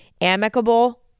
amicable